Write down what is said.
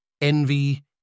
envy